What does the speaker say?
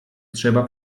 trzeba